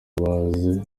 baze